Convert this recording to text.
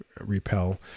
repel